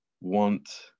want